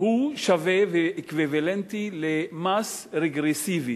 הוא שווה ואקוויוולנטי למס רגרסיבי